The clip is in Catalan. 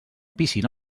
piscina